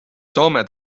soome